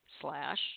slash